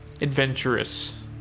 adventurous